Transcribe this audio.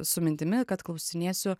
su mintimi kad klausinėsiu